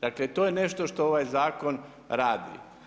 Dakle, to je nešto što ovaj zakon radi.